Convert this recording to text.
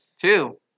Two